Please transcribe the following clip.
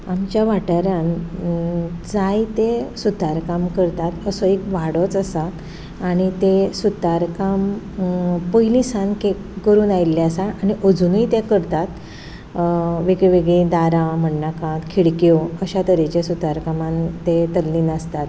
आमच्या वाठारांत जायते सुतारकाम करतात असो एक वाडोच आसा आनी ते सुतारकाम पयलींसान करून आयले आसा आनी अजुनय ते करतात वेगळीं वेगळीं दारां म्हणणाकात खिडक्यो अशा तरेच्या सुतारकामांत ते तल्लीन आसतात